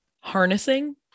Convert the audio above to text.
harnessing